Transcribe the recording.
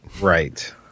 Right